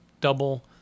double